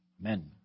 Amen